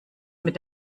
mit